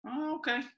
Okay